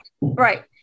Right